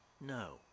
No